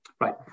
right